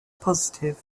positive